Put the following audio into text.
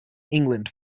england